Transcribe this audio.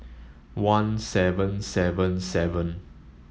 one seven seven seven